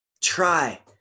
try